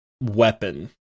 weapon